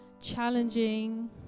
challenging